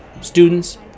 students